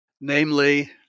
Namely